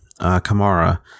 kamara